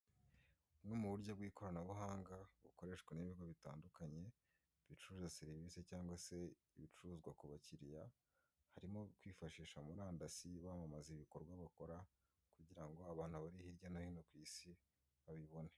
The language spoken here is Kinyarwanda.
Muburyo bw'ikoranabuhanga bukoreshwa n'ibigo bitandukanye bicuruza serivisi cyangwa se ibicuruzwa ku bakiriya barimo kwifashisha murandasi bamamaza ibikorwa bakora kugira ngo abantu bo hirya no hino ku isi babibone.